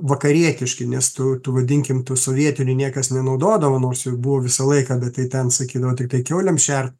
vakarietiški nes tų tų vadinkim tų sovietinių niekas nenaudodavo nors jų buvo visą laiką bet tai ten sakydavo tiktai kiaulėms šert